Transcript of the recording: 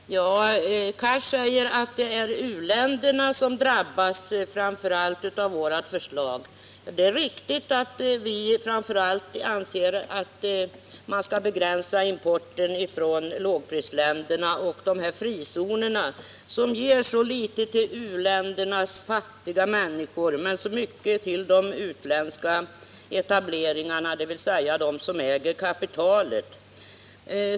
Herr talman! Hadar Cars säger att det framför allt är u-länderna som drabbas av vårt förslag. Det är riktigt att vi anser att man skall begränsa importen från framför allt lågprisländerna och frizonerna, som ger så litet till u-ländernas fattiga människor men så mycket till de utländska etableringarna, dvs. till dem som äger kapitalet.